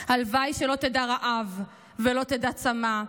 / הלוואי שלא תדע רעב / ולא תדע צמא.